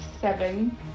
seven